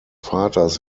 vaters